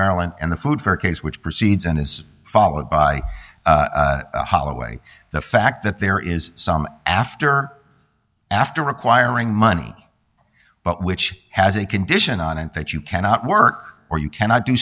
maryland and the food for case which proceeds and is followed by holloway the fact that there is some after after acquiring money but which has a condition on it that you cannot work or you cannot do